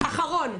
ודבר אחרון,